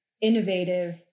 innovative